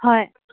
হয়